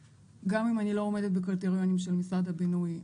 שגם אם אני לא עומדת בקריטריונים של משרד הבינוי,